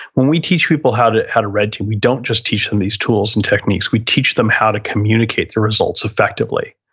when we teach people how to how to red team, we don't just teach them these tools and techniques. we teach them how to communicate the results effectively.